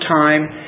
time